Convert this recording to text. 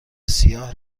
سیاه